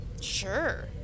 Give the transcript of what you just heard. Sure